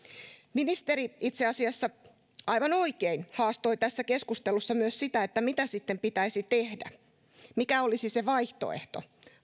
ministeri itse asiassa aivan oikein haastoi tässä keskustelussa myös sitä mitä sitten pitäisi tehdä mikä olisi se vaihtoehto